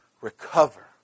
recover